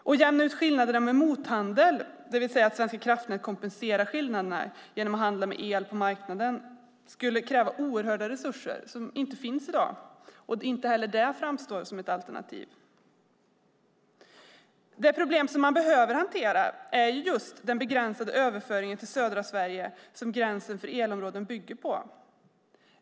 Att jämna ut skillnaderna med mothandel, det vill säga att Svenska kraftnät kompenserar skillnaderna genom att handla med el på marknaden, skulle kräva oerhörda resurser som inte finns i dag. Inte heller det framstår som ett alternativ. Det problem som man behöver hantera är den begränsade överföringen till södra Sverige som gränsen för elområden bygger på.